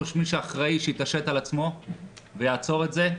שמישהו יתעשת על עצמו ויעצור את זה,